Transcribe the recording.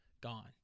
gone